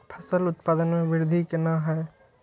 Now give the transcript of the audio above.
फसल उत्पादन में वृद्धि केना हैं?